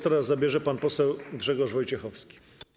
Teraz głos zabierze pan poseł Grzegorz Wojciechowski.